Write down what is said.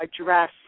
address